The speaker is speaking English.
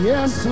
Yes